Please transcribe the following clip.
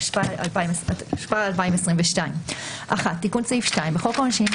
התשפ"ב 2022 תיקון סעיף 2 1. בחוק העונשין,